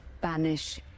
banish